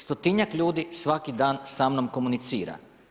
Stotinjak ljudi svaki dan samnom komunicira.